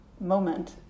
moment